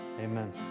Amen